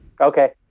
Okay